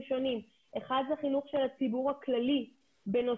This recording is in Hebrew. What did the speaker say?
שונים כאשר האחד הוא חינוך של הציבור הכללי בנושא,